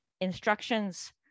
instructions